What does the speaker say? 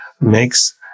makes